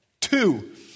Two